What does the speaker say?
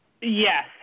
yes